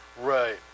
Right